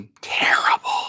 terrible